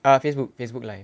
ah facebook facebook live